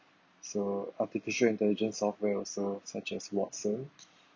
so artificial intelligence software also such as watson